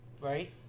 right